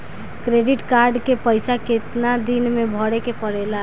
Credit card के पइसा कितना दिन में भरे के पड़ेला?